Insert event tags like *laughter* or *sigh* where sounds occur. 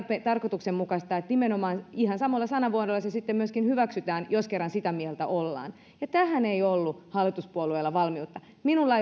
tarkoituksenmukaista että nimenomaan ihan samoilla sanamuodoilla se sitten myöskin hyväksytään jos kerran sitä mieltä ollaan ja tähän ei ollut hallituspuolueilla valmiutta minulla *unintelligible*